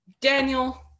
Daniel